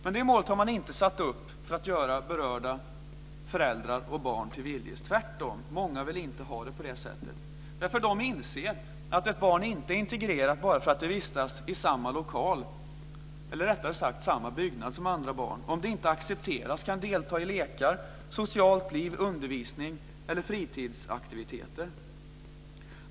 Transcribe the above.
Men det målet har man inte satt upp för att göra berörda föräldrar och barn till viljes. Tvärtom, många vill inte ha det på det sättet. De inser att ett barn inte är integrerat bara för att det vistas i samma byggnad som andra barn om det inte accepteras och inte kan delta i lekar, socialt liv, undervisning eller fritidsaktiviteter.